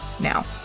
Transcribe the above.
now